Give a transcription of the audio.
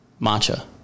matcha